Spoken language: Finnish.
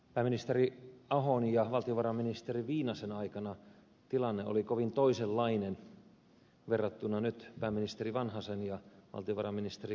pääministeri ahon ja valtiovarainministeri viinasen aikana tilanne oli kovin toisenlainen verrattuna nyt pääministeri vanhasen ja valtiovarainministeri kataisen aikaan